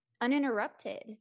uninterrupted